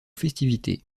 festivités